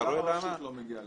גם הרשות לא מגיעה לכל מסיע.